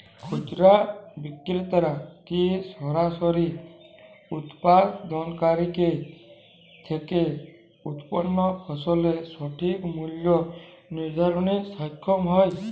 খুচরা বিক্রেতারা কী সরাসরি উৎপাদনকারী থেকে উৎপন্ন ফসলের সঠিক মূল্য নির্ধারণে সক্ষম হয়?